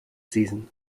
season